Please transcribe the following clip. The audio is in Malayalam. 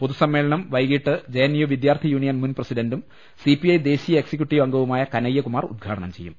പൊതുസമ്മേളനം വൈകീട്ട് ജെ എൻ യു വിദ്യാർത്ഥി യൂണിയൻ മുൻ പ്രസിഡണ്ടും സിപിഐ ദേശീയ എക്സിക്യൂട്ടീവ് അംഗവുമായ കനയ്യകുമാർ ഉദ്ഘാടനം ചെയ്യും